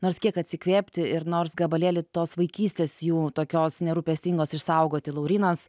nors kiek atsikvėpti ir nors gabalėlį tos vaikystės jų tokios nerūpestingos išsaugoti laurynas